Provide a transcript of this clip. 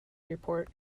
report